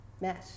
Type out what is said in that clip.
mesh